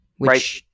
Right